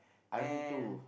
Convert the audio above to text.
I'm too